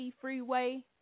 freeway